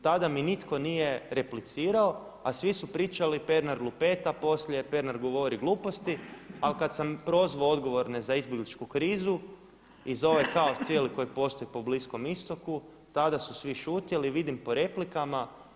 Tada mi nitko nije replicirao a svi su pričali Pernar lupeta, poslije Pernar govori gluposti, ali kad sam prozvao odgovorne za izbjegličku krizu i za ovaj kaos cijeli koji postoji po Bliskom istoku tada su svi šutjeli i vidim po replikama.